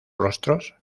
rostros